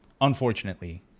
unfortunately